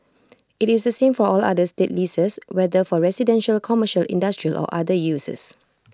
IT is the same for all other state leases whether for residential commercial industrial or other uses